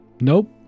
Nope